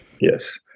Yes